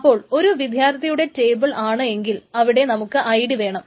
അപ്പോൾ ഒരു വിദ്യർത്ഥിയുടെ റ്റേബിൾ ആണ് എങ്കിൽ അവിടെ നമുക്ക് ഐഡി വേണം